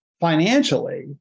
financially